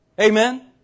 Amen